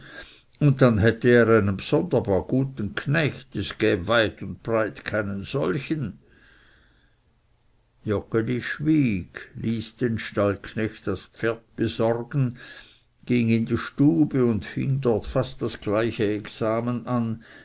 und dann hätte er einen bsonderbar guten knecht es gäb weit und breit keinen solchen joggeli schwieg ließ den stallknecht das pferd besorgen ging in die stube und fing dort fast das gleiche examen an